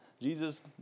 Jesus